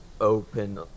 open